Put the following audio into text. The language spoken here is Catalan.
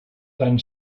tan